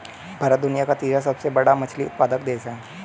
भारत दुनिया का तीसरा सबसे बड़ा मछली उत्पादक देश है